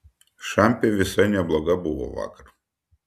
šampė visai nebloga buvo vakar